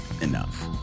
enough